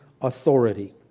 authority